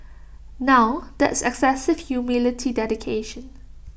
now that's excessive humility dedication